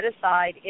aside